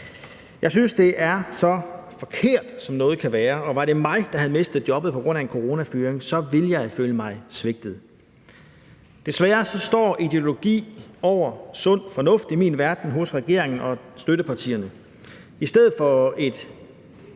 Jeg synes, det er så forkert, som noget kan være, og var det mig, der havde mistet jobbet på grund af en coronafyring, så ville jeg føle mig svigtet. Desværre står ideologi hos regeringen og støttepartierne over sund fornuft